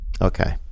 Okay